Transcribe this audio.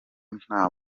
nta